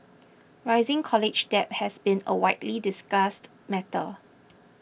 rising college debt has been a widely discussed matter